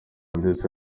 ndetse